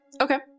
Okay